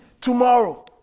tomorrow